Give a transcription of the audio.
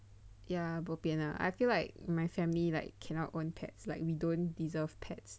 ya bobian lah I feel like my family like cannot own pets like we don't deserve pets